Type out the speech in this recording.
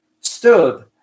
stood